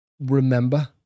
Remember